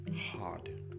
hard